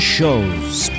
Shows